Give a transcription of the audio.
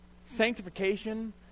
sanctification